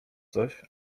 coś